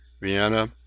Vienna